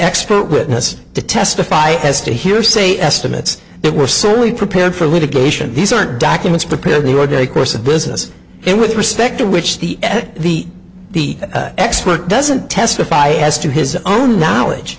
expert witness to testify as to hearsay estimates that were certainly prepared for litigation these are documents prepared the ordinary course of business and with respect to which the the the expert doesn't testify as to his own knowledge